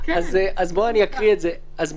אז אני אקריא את זה.